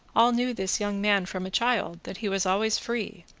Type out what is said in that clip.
all knew this young man from a child that he was always free,